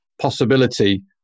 possibility